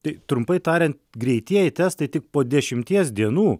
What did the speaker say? tai trumpai tariant greitieji testai tik po dešimties dienų